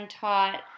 taught